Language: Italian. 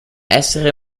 essere